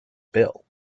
bill